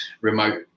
remote